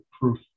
proof